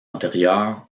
antérieur